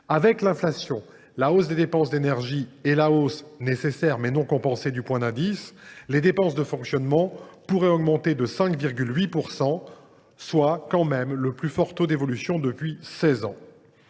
Avec l’inflation, la hausse des dépenses d’énergie et la hausse – nécessaire, mais non compensée – du point d’indice, les dépenses de fonctionnement pourraient augmenter de 5,8 %, soit le plus fort taux d’évolution depuis seize ans.